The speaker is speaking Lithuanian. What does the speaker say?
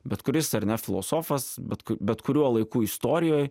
bet kuris ar ne filosofas bet ku bet kuriuo laiku istorijoj